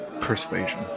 persuasion